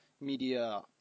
media